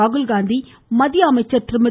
ராகுல்காந்தி மத்திய அமைச்சர் திருமதி